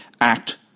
act